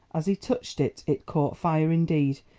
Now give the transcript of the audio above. as he touched it, it caught fire indeed,